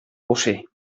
bocí